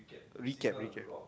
recap recap